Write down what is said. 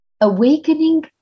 Awakening